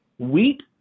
Wheat